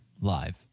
live